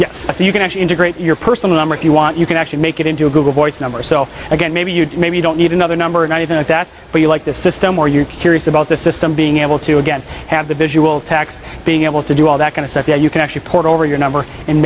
so you can actually integrate your personal number if you want you can actually make it into a google voice number so again maybe you maybe don't need another number and even if that's what you like the system or you're curious about the system being able to again have the visual tax being able to do all that kind of stuff that you can actually put over your number and